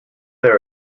there